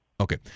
Okay